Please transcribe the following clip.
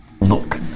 Look